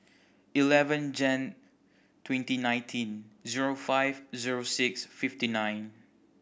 eleven Jan twenty nineteen zero five zero six fifty nine